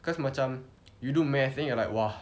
cause macam you do math then you are like !wah!